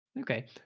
Okay